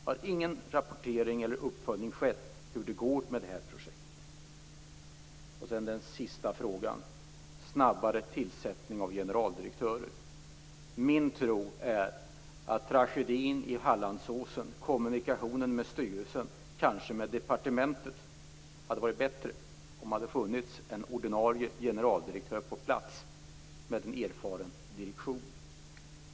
Har det inte skett någon rapportering om hur det går med projektet? Den sista frågan gäller snabbare tillsättning av generaldirektörer. Min tro är att tragedin vid Hallandsåsen hade gått att undvika och att kommunikationen med styrelsen och departementet hade varit bättre om det hade funnits en ordinarie generaldirektör på plats och en erfaren direktion.